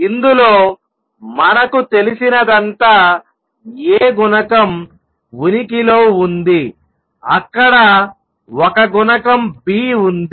ఇందులో మనకు తెలిసినదంతా a గుణకం ఉనికిలో ఉంది అక్కడ ఒక గుణకం b ఉంది